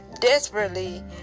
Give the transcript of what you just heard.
desperately